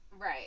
right